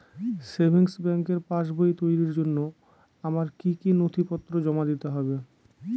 Savings ব্যাংকের পাসবই তৈরির জন্য আমার কি কি নথিপত্র জমা দিতে হবে?